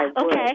okay